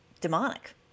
demonic